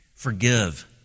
Forgive